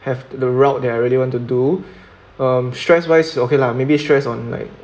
have the route that I really want to do um stress wise okay lah maybe stress on like